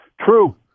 true